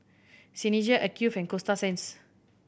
Seinheiser Acuvue and Coasta Sands